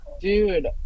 dude